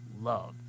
love